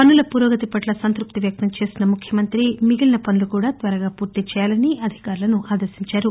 పనుల పురోగతి పట్ల సంతృప్తి వ్యక్తం చేసిన ముఖ్యమంత్రి మిగిలిన పనులను త్వరగా పూర్తి చేయాలని అధికారులను ఆదేశించారు